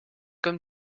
comme